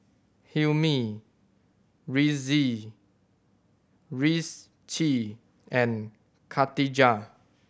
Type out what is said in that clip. Hilmi Rizqi and Katijah